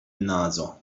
naso